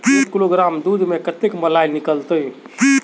एक किलोग्राम दूध में कते मलाई निकलते?